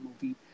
movie